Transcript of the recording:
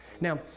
Now